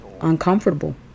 uncomfortable